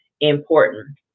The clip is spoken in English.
important